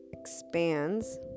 expands